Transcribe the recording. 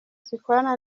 zikorana